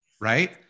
Right